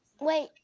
Wait